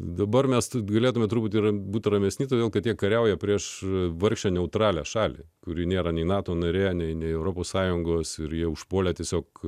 dabar mes galėtumėme turbūt ir būti ramesni todėl kad jie kariauja prieš vargšę neutralią šalį kuri nėra nei nato narė nei europos sąjungos ir jie užpuolė tiesiog